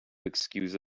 excuse